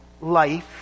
life